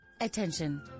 attention